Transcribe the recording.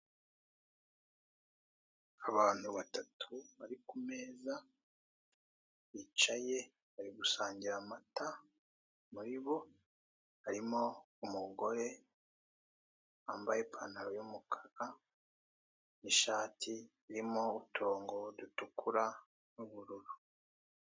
Abantu batatu bari ku meza, bicaye, bari gusangira amata, muri bo harimo umugore wambaye ipantaro y'umukara n'ishati irimo uturongo dutukura n'ubururu.